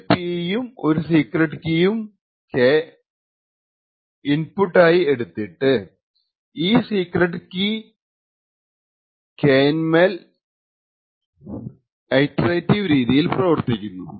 ഇത് P യും ഒരു സീക്രെട്ട് K യും ഇൻപുട്ട് ആയി എടുത്തിട്ട് ഈ സീക്രെട്ട് K ന്മേൽ ഇറ്ററേറ്റിവ് രീതിയിൽ പ്രവർത്തിക്കുന്നു